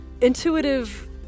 intuitive